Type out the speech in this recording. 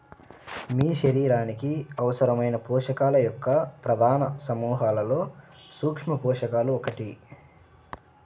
మీ శరీరానికి అవసరమైన పోషకాల యొక్క ప్రధాన సమూహాలలో సూక్ష్మపోషకాలు ఒకటి